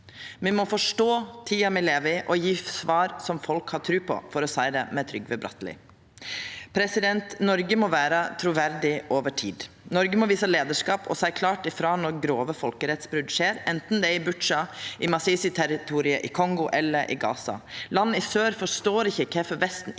Me må forstå tida me lever i, og gje svar som folk har tru på, for å seia det med Trygve Brattelis ord. Noreg må vera truverdig over tid. Noreg må visa leiarskap og seia klart ifrå når grove folkerettsbrot skjer, anten det er i Butsja, i Masisi-territoriet i Kongo eller i Gaza. Land i sør forstår ikkje kvifor Vesten ikkje